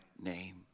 name